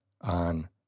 on